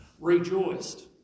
rejoiced